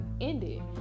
ended